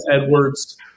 Edwards